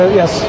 yes